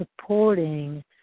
supporting